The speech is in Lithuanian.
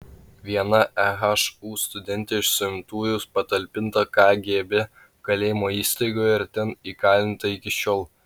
viena ehu studentė iš suimtųjų patalpinta kgb kalėjimo įstaigoje ir ten įkalinta iki šiol